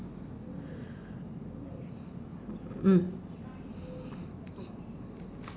mm